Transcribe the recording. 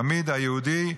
תמיד היהודי,